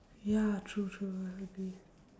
ya true true I agree